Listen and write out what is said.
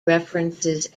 references